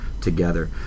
together